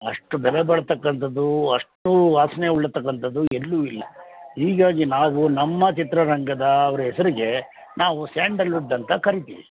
ಅಷ್ಟು ಬೆಲೆ ಬಾಳತಕ್ಕಂಥದ್ದು ಅಷ್ಟು ವಾಸನೆ ಉಳ್ಳತಕ್ಕಂಥದ್ದು ಎಲ್ಲೂ ಇಲ್ಲ ಹೀಗಾಗಿ ನಾವು ನಮ್ಮ ಚಿತ್ರರಂಗದ ಅವ್ರ ಹೆಸರಿಗೆ ನಾವು ಸ್ಯಾಂಡಲ್ವುಡ್ ಅಂತ ಕರೀತೀವಿ